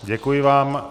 Děkuji vám.